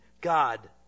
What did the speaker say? God